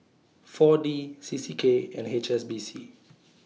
four D C C K and H S B C